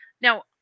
Now